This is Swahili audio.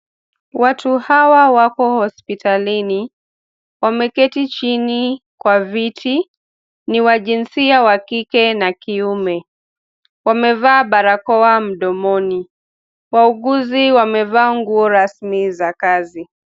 Watu hawa wako hospitalini. Wameketi chini kwa viti. Ni wa jinsia wa kike na kiume. Wamevaa barakoa mdomoni. Wauguzi wamevaa nguo rasmi za kazi.